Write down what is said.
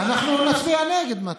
אנחנו נצביע נגד אם אתה,